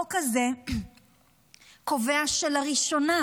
החוק הזה קובע לראשונה